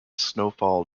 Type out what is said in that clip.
snowfall